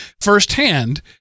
firsthand